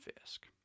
Fisk